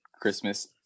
christmas